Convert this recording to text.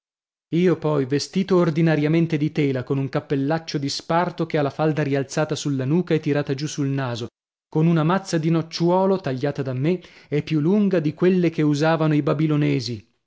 io poi vestito ordinariamente di tela con un cappellaccio di sparto che ha la falda rialzata sulla nuca e tirata giù sul naso con una mazza di nocciuolo tagliata da me e più lunga di quelle che usavano i babilonesi